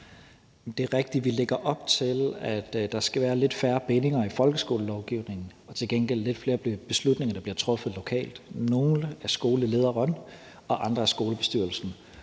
Det er rigtigt, at vi lægger op til, at der skal være lidt færre bindinger i folkeskolelovgivningen og til gengæld lidt flere beslutninger, der bliver truffet lokalt – nogle af skolelederen, andre af skolebestyrelsen.